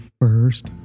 first